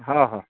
हा हा